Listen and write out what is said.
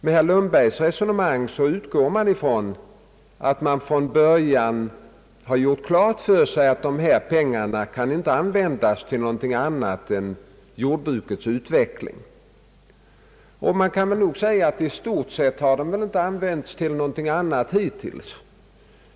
Herr Lundbergs resonemang innebär att man från början gjort klart för sig att dessa pengar inte kan användas till någonting annat än jordbrukets utveckling. I stort sett har de väl inte använts till något annat hittills.